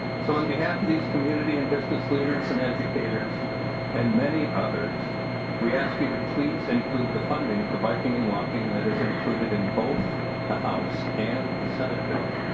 so on behalf of these community and business leaders and educators and many others we ask you to please include the funding for biking and walking is included in both the house and the senate bills.